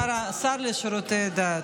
השר לשירותי דת,